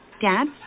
Dad